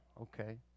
okay